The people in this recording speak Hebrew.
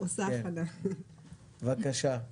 בבקשה נעם.